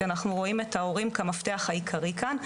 כי אנחנו רואים את ההורים כמפתח העיקרי כאן,